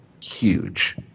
huge